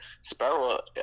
Sparrow